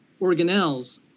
organelles